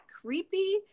creepy